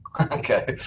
Okay